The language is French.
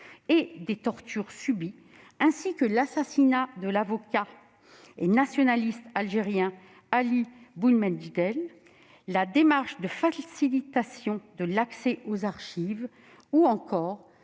et des tortures qu'il a subies, ainsi que de l'assassinat de l'avocat et nationaliste algérien Ali Boumendjel ; la démarche de facilitation de l'accès aux archives ; ou encore